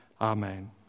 amen